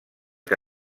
que